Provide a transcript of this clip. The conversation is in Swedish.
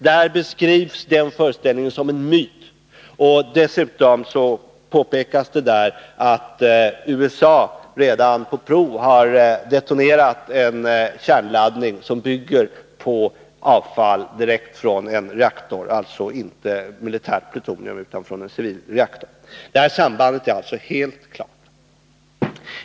Där beskrivs denna föreställning som en myt, och dessutom påpekas där att USA redan på prov har detonerat en kärnladdning som bygger på avfall direkt från en civil reaktor — alltså inte militärt producerat plutonium. Detta samband är alltså helt klart.